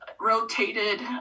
rotated